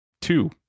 two